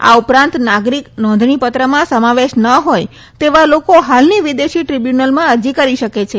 આ ઉપરાંત નાગરિક નોંધણીપત્રમાં સમાવેશ ન હોથ તેવા લોકો હાલની વિદેશી દ્રિબ્યુનલમાં અરજી કરી શકે છે